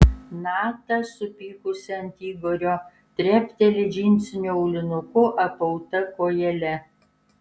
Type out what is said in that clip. nata supykusi ant igorio trepteli džinsiniu aulinuku apauta kojele